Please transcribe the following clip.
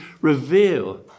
reveal